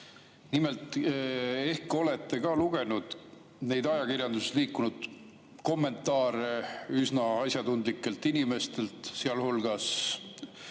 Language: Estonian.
Nimelt, ehk olete lugenud neid ajakirjanduses liikunud kommentaare üsna asjatundlikelt inimestelt, sealhulgas